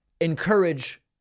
encourage